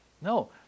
No